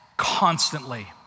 Constantly